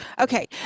Okay